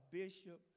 bishop